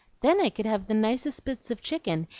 then i could have the nicest bits of chicken,